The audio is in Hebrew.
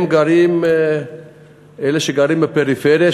ואלה שגרים בפריפריה,